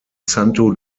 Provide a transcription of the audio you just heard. santo